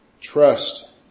Trust